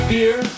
Beer